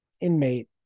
inmate